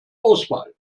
auswahl